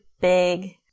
big